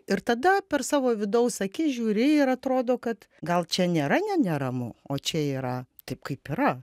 ir tada per savo vidaus akis žiūri ir atrodo kad gal čia nėra ne neramu o čia yra taip kaip yra